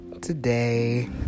today